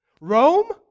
Rome